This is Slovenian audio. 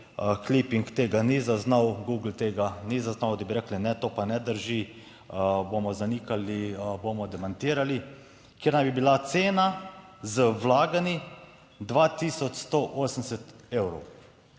kliping tega ni zaznal, Google tega ni zaznal, da bi rekli, ne, to pa ne drži, bomo zanikali, bomo demantirali, kjer naj bi bila cena z vlaganji 2180 evrov.